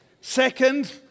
Second